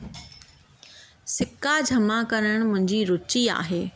सिका जमा करणु मुंहिंजी रुची आहे